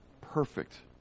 perfect